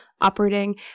operating